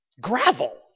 gravel